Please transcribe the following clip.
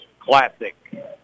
classic